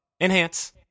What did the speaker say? Enhance